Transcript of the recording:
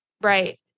Right